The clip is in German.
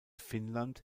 finnland